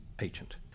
agent